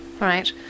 Right